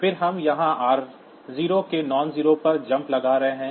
फिर हम यहाँ r0 के नॉनज़रो पर जम्प लगा रहे हैं